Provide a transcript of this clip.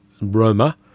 Roma